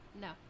No